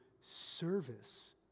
service